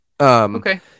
Okay